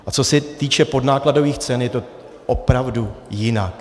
A co se týče podnákladových cen, je to opravdu jinak.